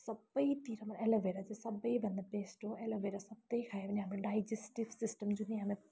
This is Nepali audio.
सबतिर एलोभेरा चाहिँ सबभन्दा बेस्ट हो एलोभेरा सधैँ खायो भने हाम्रो डाइजेस्टिभ सिस्टम जुन हामीलाई